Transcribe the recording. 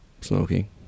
smoking